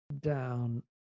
down